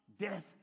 death